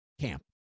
camp